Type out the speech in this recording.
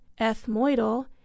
ethmoidal